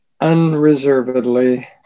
unreservedly